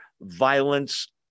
violence